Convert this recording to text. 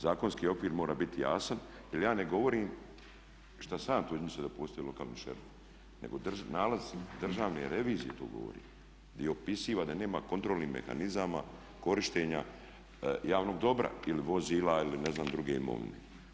Zakonski okvir mora biti jasan jer ja ne govorim, šta sam ja to izmislio da postoji lokalni šerif nego nalaz državne revizije to govori gdje opisuje da nema kontrolnih mehanizama korištenja javnog dobra ili vozila ili ne znam druge imovine.